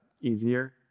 easier